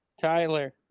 Tyler